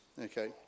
okay